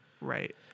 Right